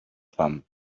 fam